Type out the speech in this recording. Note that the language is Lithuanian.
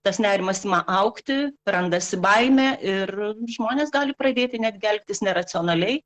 tas nerimas ima augti randasi baimė ir žmonės gali pradėti netgi elgtis neracionaliai